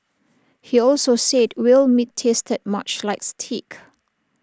he also said whale meat tasted much like steak